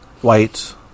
white